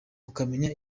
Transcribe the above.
ukamenya